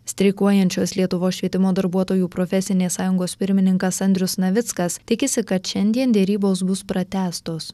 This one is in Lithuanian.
streikuojančios lietuvos švietimo darbuotojų profesinės sąjungos pirmininkas andrius navickas tikisi kad šiandien derybos bus pratęstos